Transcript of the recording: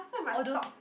all those